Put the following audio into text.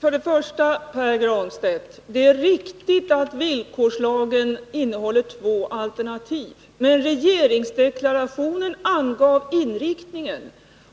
Herr talman! För det första, Pär Granstedt, är det riktigt att villkorslagen innehåller två alternativ, men regeringsdeklarationen angav inriktningen,